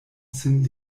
sin